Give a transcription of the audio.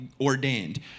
ordained